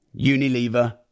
Unilever